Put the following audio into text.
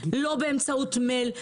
לא באמצעות מייל,